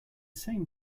same